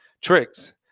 tricks